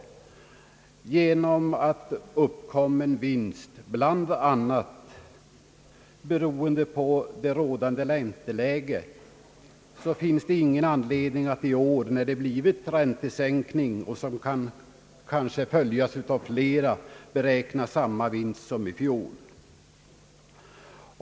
Eftersom uppkommen vinst bl.a. är beroende av rådande ränteläge, finns det ingen anledning att i år — när det blivit en räntesänkning, som kan följas av flera — beräkna samma vinst som i fjol.